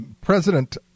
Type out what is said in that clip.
President